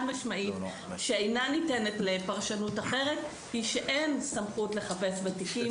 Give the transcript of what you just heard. משמעית שאינה ניתנת לפרשנות אחרת היא שאין סמכות לחפש בתיקים.